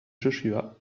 joshua